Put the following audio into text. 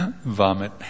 Vomit